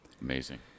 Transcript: amazing